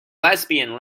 lesbian